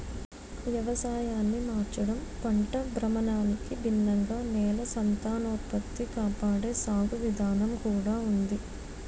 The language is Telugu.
వ్యవసాయాన్ని మార్చడం, పంట భ్రమణానికి భిన్నంగా నేల సంతానోత్పత్తి కాపాడే సాగు విధానం కూడా ఉంది